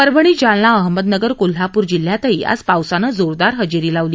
परभणी जालना अहमदनगर कोल्हाप्र जिल्ह्यातही आज पावसानं जोरदार हजेरी लावली